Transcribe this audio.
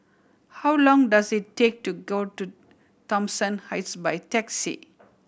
how long does it take to go to Thomson Heights by taxi